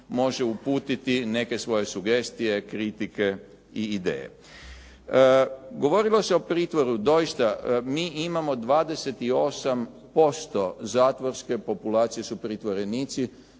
može uputiti neke svoje sugestije, kritike i ideje. Govorilo se o pritvoru. Doista, mi imamo 28% zatvorske populacije su pritvorenici.